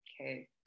Okay